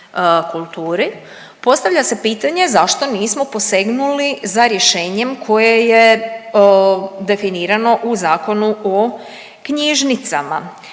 kulturi, postavlja se pitanje zašto nismo posegnuli za rješenjem koje je definirano u Zakonu o knjižnicama